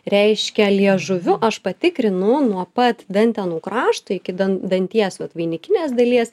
reiškia liežuviu aš patikrinu nuo pat dantenų krašto iki dan danties vat vainikinės dalies